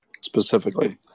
Specifically